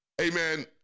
amen